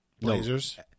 Blazers